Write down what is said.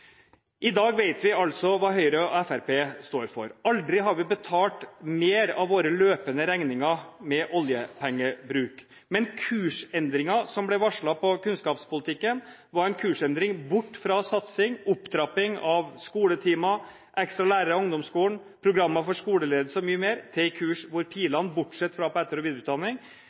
I dag vet vi altså hva Høyre og Fremskrittspartiet står for. Aldri har vi betalt flere av våre løpende regninger med oljepengebruk. Men kursendringen som ble varslet på kunnskapsområdet, var en kursendring bort fra satsing – opptrapping av antall skoletimer, ekstra lærere i ungdomsskolen, programmer for skoleledelse og mye mer – til en kurs hvor pilene, bortsett fra på etter- og videreutdanning